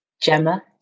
Gemma